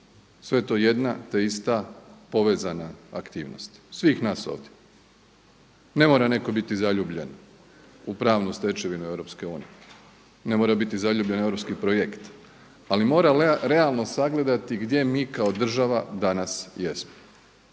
Sve je to jedna te ista povezana aktivnost svih nas ovdje. Ne mora netko biti zaljubljen u pravnu stečevinu Europske unije, ne mora biti zaljubljen u europski projekt ali mora realno sagledati gdje mi kao država danas jesmo